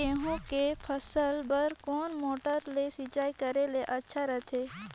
गहूं के फसल बार कोन मोटर ले सिंचाई करे ले अच्छा रथे?